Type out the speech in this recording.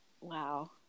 Wow